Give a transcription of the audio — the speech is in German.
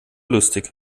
lustig